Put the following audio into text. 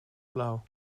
blauw